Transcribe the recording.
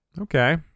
Okay